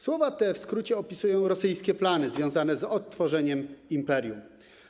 Słowa te w skrócie opisują rosyjskie plany związane z odtworzeniem imperium.